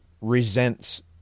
resents